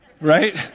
right